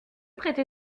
prêter